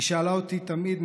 היא שאלה אותי תמיד,